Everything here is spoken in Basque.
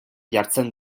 jartzen